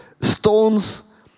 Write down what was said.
stones